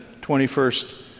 21st